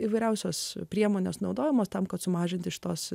įvairiausios priemonės naudojamos tam kad sumažinti iš tos